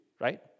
right